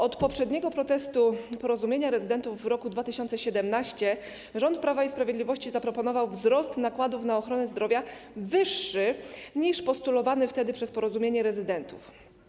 Od poprzedniego protestu Porozumienia Rezydentów w roku 2017 rząd Prawa i Sprawiedliwości zaproponował wzrost nakładów na ochronę zdrowia wyższy niż postulowane wtedy przez Porozumienie Rezydentów.